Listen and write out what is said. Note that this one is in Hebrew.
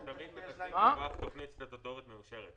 תמיד זה רק על סמך תוכנית סטטטורית מאושרת.